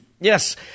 Yes